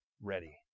ready